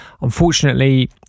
Unfortunately